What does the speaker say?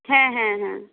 হ্যাঁ হ্যাঁ হ্যাঁ